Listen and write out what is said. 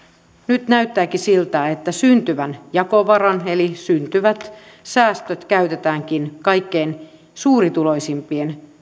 nyt näyttääkin siltä että syntyvä jakovara eli syntyvät säästöt käytetäänkin kaikkein suurituloisimpien